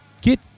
get